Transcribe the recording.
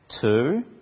two